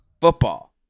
Football